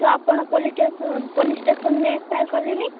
ତ ଆପଣ police station police ଷ୍ଟେସନ୍ରେ ଏଫ୍ ଆଇ ଆର୍ କଲେନି